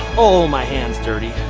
oh my hands dirty.